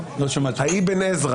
אבחר